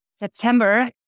September